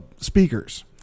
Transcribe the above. speakers